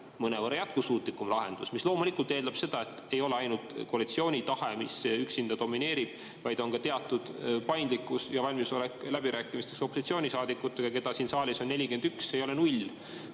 mõnevõrra jätkusuutlikum lahendus? See loomulikult eeldab seda, et ei ole ainult koalitsiooni tahe, mis üksinda domineerib, vaid on ka teatud paindlikkus ja valmisolek läbirääkimisteks opositsioonisaadikutega, keda siin saalis on 41, ei ole null.